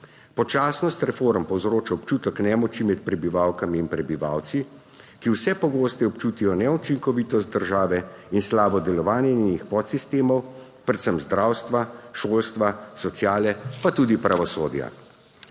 Počasnost reform povzroča občutek nemoči med prebivalkami in prebivalci, ki vse pogosteje občutijo neučinkovitost države in slabo delovanje njenih podsistemov, predvsem zdravstva, šolstva, sociale pa tudi pravosodja.